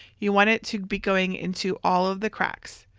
you want it to be going into all of the cracks.